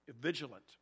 Vigilant